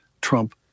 Trump